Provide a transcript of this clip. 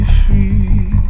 free